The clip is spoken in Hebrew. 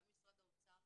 גם משרד האוצר,